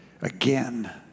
again